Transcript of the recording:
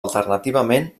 alternativament